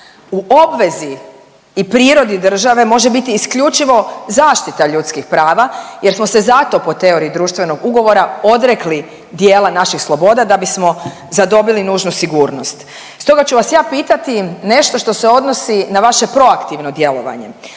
U obvezi i prirodi države može biti isključivo zaštita ljudskih prava jer smo se za to po teoriji društvenog ugovora odrekli dijela naših sloboda da bismo zadobili nužnu sigurnost. Stoga ću vas ja pitati nešto što se odnosi na vaše proaktivno djelovanje,